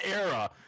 era